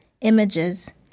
images